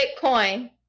Bitcoin